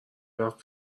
رفت